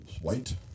white